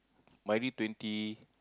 Maidy twenty